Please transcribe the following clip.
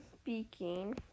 speaking